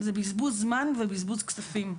זה בזבוז זמן ובזבוז כספים,